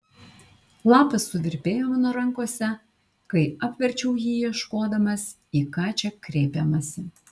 lapas suvirpėjo mano rankose kai apverčiau jį ieškodamas į ką čia kreipiamasi